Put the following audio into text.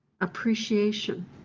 appreciation